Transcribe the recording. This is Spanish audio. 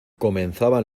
comenzaban